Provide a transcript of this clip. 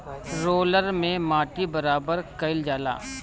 roller से माटी बराबर कइल जाला